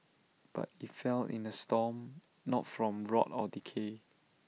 but IT fell in A storm not from rot or decay